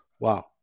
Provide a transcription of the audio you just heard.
Wow